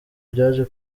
byaje